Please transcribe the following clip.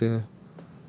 so far sia